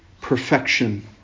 perfection